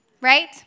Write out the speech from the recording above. right